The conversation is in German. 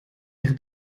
ihre